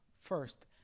first